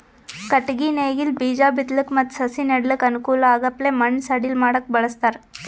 ಕಟ್ಟಗಿ ನೇಗಿಲ್ ಬೀಜಾ ಬಿತ್ತಲಕ್ ಮತ್ತ್ ಸಸಿ ನೆಡಲಕ್ಕ್ ಅನುಕೂಲ್ ಆಗಪ್ಲೆ ಮಣ್ಣ್ ಸಡಿಲ್ ಮಾಡಕ್ಕ್ ಬಳಸ್ತಾರ್